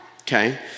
Okay